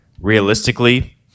realistically